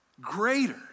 greater